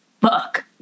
Fuck